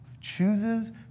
chooses